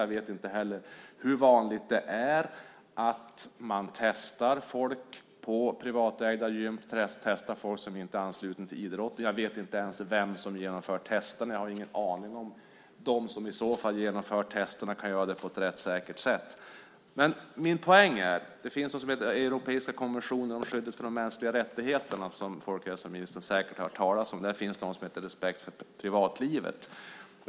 Jag vet inte heller hur vanligt det är att man testar folk på privatägda gym och folk som inte är anslutna till idrotten. Jag vet inte ens vem som genomför testerna. Jag har ingen aning om ifall de som genomför testerna kan göra det på ett rättssäkert sätt. Jag kommer nu till min poäng. Det finns någonting som heter Europeiska konventionen om skyddet för de mänskliga rättigheterna, som folkhälsoministern säkert har hört talas om. Där finns någonting som heter respekt för privatlivet.